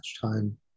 time